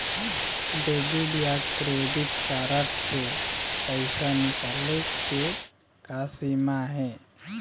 Debit या credit card से पैसा निकाले के का सीमा हे?